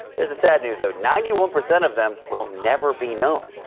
here's the sad news that ninety one percent of them will never be known,